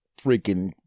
freaking